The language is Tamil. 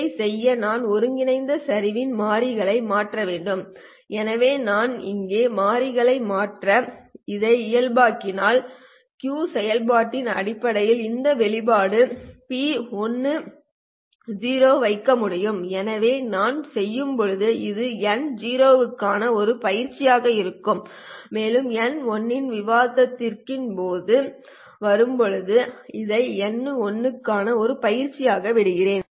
இதைச் செய்ய நான் ஒருங்கிணைந்த சரிவின் மாறிகளை மாற்ற வேண்டும் எனவே நான் இங்கே மாறிகளை மாற்றி இதை இயல்பாக்கினால் Q செயல்பாட்டின் அடிப்படையில் இந்த வெளிப்பாட்டை P 1 | 0 வைக்க முடியும் எனவே நாம் செய்வோம் இது n0 க்கான ஒரு பயிற்சியாக இருக்கும் மேலும் n1 இன் விவாதத்திற்கு வரும்போது இதை n1 க்கான ஒரு பயிற்சியாக விட்டுவிடுகிறேன்